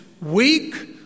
weak